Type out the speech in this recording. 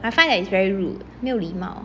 I find that it's very rude 没有礼貌